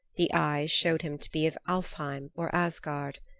the eyes showed him to be of alfheim or asgard.